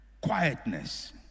quietness